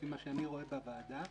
לפי מה שאני רואה את הוועדה,